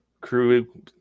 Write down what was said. crew